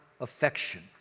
affection